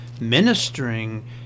ministering